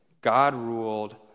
God-ruled